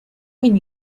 when